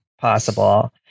possible